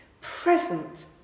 present